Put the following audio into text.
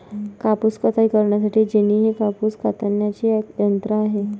कापूस कताई करण्यासाठी जेनी हे कापूस कातण्याचे यंत्र आहे